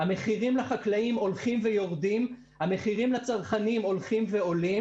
המחירים לחקלאים הולכים ויורדים והמחירים לצרכנים הולכים ועולים.